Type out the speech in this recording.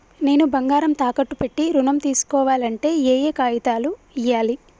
నేను బంగారం తాకట్టు పెట్టి ఋణం తీస్కోవాలంటే ఏయే కాగితాలు ఇయ్యాలి?